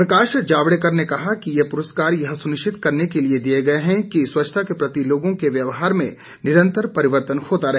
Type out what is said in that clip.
प्रकाश जावडेकर ने कहा कि ये पुरस्कार यह सुनिश्चित करने के लिए दिए गए हैं कि स्वच्छता के प्रति लोगों के व्यवहार में निरंतर परितर्वन होता रहे